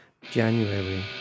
january